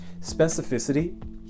Specificity